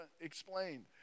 explained